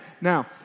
Now